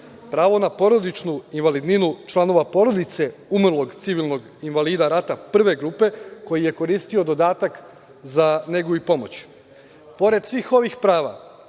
pravo na porodično invalidninu članova porodice umrlog civilnog invalida rata prve grupe, koji je koristio dodatak za negu i pomoć. Pored svih ovih prava